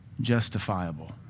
justifiable